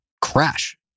crash